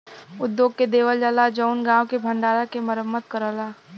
उद्योग के देवल जाला जउन गांव के भण्डारा के मरम्मत करलन